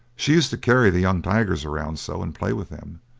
she used to carry the young tigers around so, and play with them,